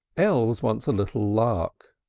l was once a little lark,